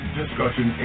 discussion